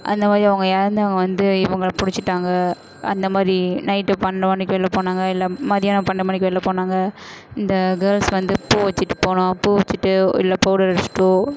அந்த மாதிரி அவங்க இறந்தவங்க வந்து இவங்கள பிடிச்சிட்டாங்க அந்த மாதிரி நைட்டு பன்னெண்டு மணிக்கு வெளில போனாங்க இல்லை மத்தியானம் பன்னெண்டு மணிக்கு வெளில போனாங்க இந்த கேர்ள்ஸ் வந்து பூ வச்சுட்டு போனால் பூ வச்சுட்டோ இல்லை பவுடர் அடிச்சுட்டோ